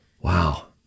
Wow